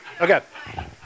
Okay